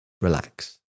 Relax